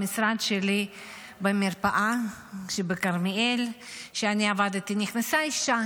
למשרד שלי במרפאה שבכרמיאל שבה עבדתי נכנסה אישה,